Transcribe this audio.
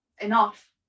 Enough